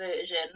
version